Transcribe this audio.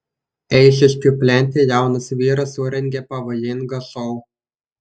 eišiškių plente jaunas vyras surengė pavojingą šou